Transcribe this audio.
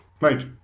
Right